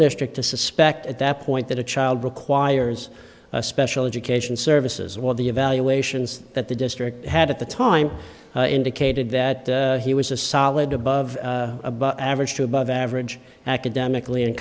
district to suspect at that point that a child requires special education services where the evaluations that the district had at the time indicated that he was a solid above average to above average academically and